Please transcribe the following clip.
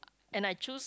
and I choose